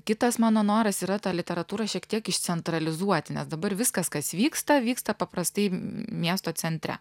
kitas mano noras yra tą literatūrą šiek tiek išcentralizuoti nes dabar viskas kas vyksta vyksta paprastai miesto centre